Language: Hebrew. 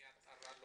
יש לנו את המסמכים.